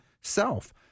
self